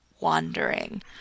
wandering